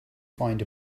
find